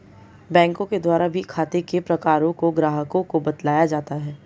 बैंकों के द्वारा भी खाते के प्रकारों को ग्राहकों को बतलाया जाता है